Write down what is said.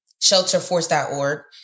shelterforce.org